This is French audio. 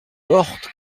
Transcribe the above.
porte